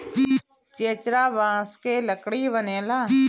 चेचरा बांस के लकड़ी बनेला